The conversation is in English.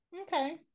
Okay